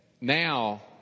now